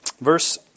Verse